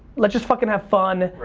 let's just fucking have fun.